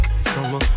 Summer